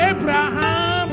Abraham